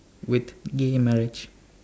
with gay marriage